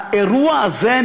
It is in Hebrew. האירוע הזה,